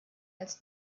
als